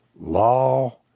law